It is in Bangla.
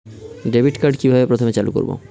ডেবিটকার্ড কিভাবে প্রথমে চালু করব?